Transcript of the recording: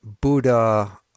Buddha